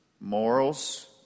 morals